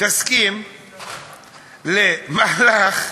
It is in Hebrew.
תסכים למהלך,